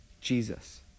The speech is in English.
Jesus